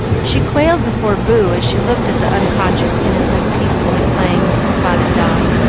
she quailed before boo as she looked at the unconscious innocent peacefully playing with the spotted dog,